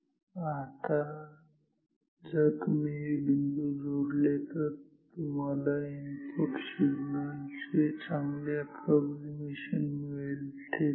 आता जर तुम्ही हे बिंदू जोडले तर तुम्हाला इनपुट सिग्नल चे एक चांगले अॅप्रॉक्सीमेशन मिळेल ठीक आहे